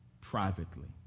privately